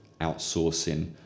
outsourcing